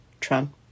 Trump